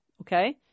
okay